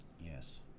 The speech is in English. Yes